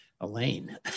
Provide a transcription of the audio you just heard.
elaine